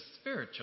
spiritual